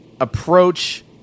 approach